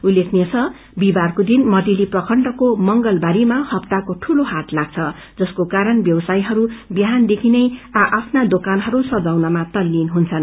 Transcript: उलेखनीय छ बिहिबारको दिन मटेली प्रखण्डको मंगलबाड़ीमा हप्ताहाके दूलो हाट लाग्छ जसको कारण व्यवसासयीहरू बिहानदेखि नै आ आफ्ना दोकानहरू सजाउनमा तल्लीन हुन्छन्